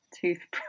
toothbrush